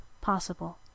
possible